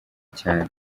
cyane